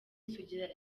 sugira